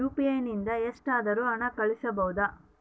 UPI ನಿಂದ ಎಷ್ಟಾದರೂ ಹಣ ಕಳಿಸಬಹುದಾ?